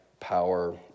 power